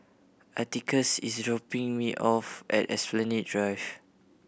Atticus is dropping me off at Esplanade Drive